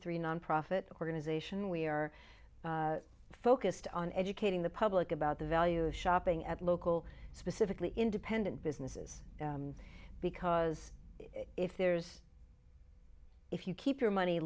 three nonprofit organization we are focused on educating the public about the value of shopping at local specifically independent businesses because if there's if you keep your money